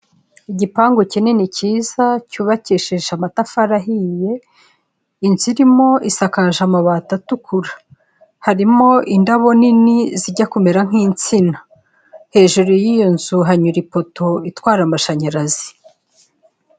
Igipangu kinini cyiza, cyubakisheje amatafari ahiye, inzu irimo isakaje amabati atukura, harimo indabo nini zijya kumera nk'insina, hejuru y'iyo nzu hanyura ipoto itwara amashanyarazi.